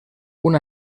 una